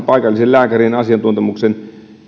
paikallisen lääkärin asiantuntemuksesta